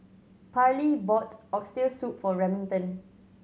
Parley bought Oxtail Soup for Remington